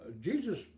Jesus